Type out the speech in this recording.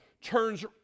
turns